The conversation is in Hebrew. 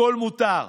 הכול מותר.